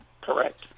Correct